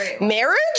marriage